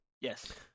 Yes